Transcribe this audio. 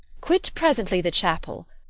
quit presently the chapel,